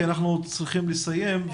כי אנחנו צריכים לסיים,